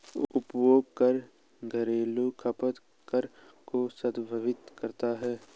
उपभोग कर घरेलू खपत कर को संदर्भित करता है